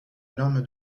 norme